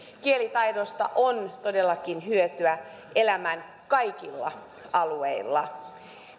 kielitaidosta on todellakin hyötyä elämän kaikilla alueilla